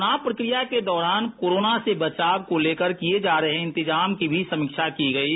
चुनाव प्रक्रिया के दौरान कोरोना से बचाव को लेकर किये जा रहे इंतजाम की भी समीक्षा की गयी